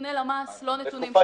נתוני למ"ס, לא נתונים שלי.